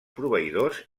proveïdors